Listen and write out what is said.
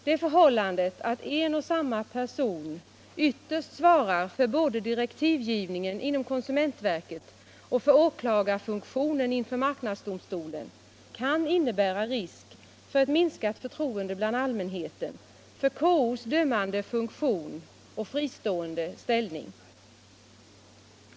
Det förhållandet att en och samma person ytterst svarar för både direktivgivningen inom konsumentverket och för åklagarfunktionen inför marknadsdomstolen kan innebära risk för ett minskat förtroende bland allmänheten för KO:s dömande funktion och fristående ställning.